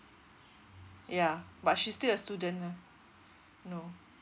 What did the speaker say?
ya but she still a student lah ya